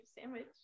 sandwich